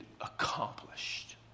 accomplished